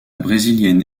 brésilienne